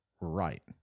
right